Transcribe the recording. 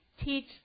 teach